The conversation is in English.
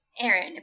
aaron